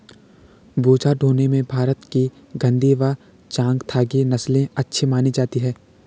बोझा ढोने में भारत की गद्दी व चांगथागी नस्ले अच्छी मानी जाती हैं